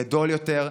גדול יותר,